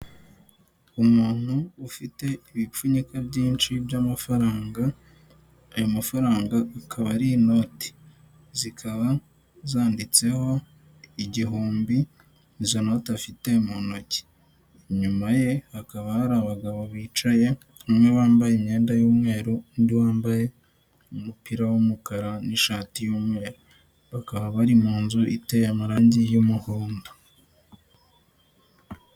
Umuntu ufite ibipfunyika byinshi by'amafaranga, ayo mafaranga akaba ari inoti zikaba zanditseho igihumbi izo noti afite mu ntoki, inyuma ye hakaba hari abagabo bicaye umwe bambaye imyenda y'umweru undi wambaye umupira w'umukara n'ishati y'umweru bakaba bari mu nzu iteye amarangi y'umuhondo